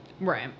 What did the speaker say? Right